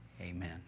amen